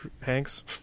hanks